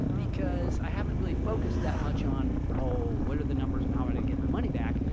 because i haven't really focused that much on oh, what are the numbers and how i did get my money back?